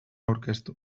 aurkeztu